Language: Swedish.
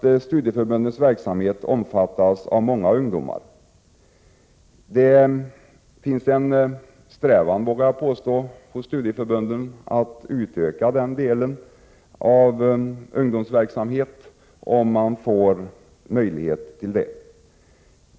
Studieförbundens verksamhet omfattar många ungdomar. Jag vågar påstå att det finns en strävan hos studieförbunden att utöka den delen av ungdomsverksamheten om man får möjlighet därtill.